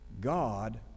God